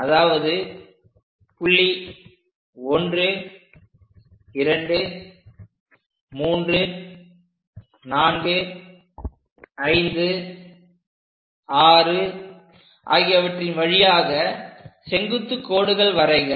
அதாவது புள்ளி 123456 ஆகியவற்றின் வழியாக செங்குத்துக் கோடுகள் வரைக